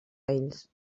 ells